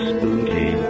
Spooky